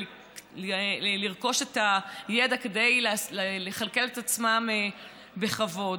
לרכוש את הידע כדי לכלכל את עצמם בכבוד.